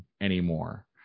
anymore